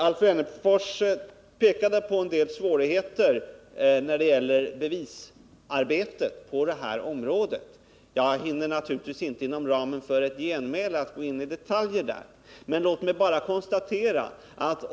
Alf Wennerfors pekade på en del svårigheter när det gäller bevisningen på det här området. Jag hinner naturligtvis inte inom tidsramen för ett genmäle att gå in på detaljer härvidlag, men låt mig bara konstatera en sak.